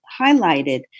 highlighted